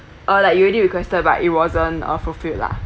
uh like you've already requested but it wasn't uh fulfilled lah